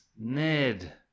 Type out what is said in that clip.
Ned